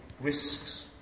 risks